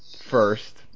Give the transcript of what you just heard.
first